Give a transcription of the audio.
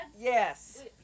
Yes